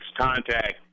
contact